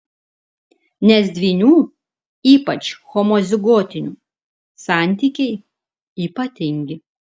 nes dvynių ypač homozigotinių santykiai ypatingi